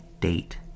date